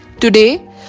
Today